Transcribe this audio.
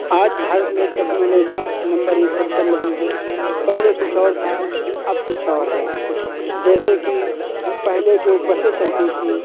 आज भारत में technology number एक पर चल रही है पहले कुछ और था अब कुछ और है जैसे कि पहले जो बसें चलती थी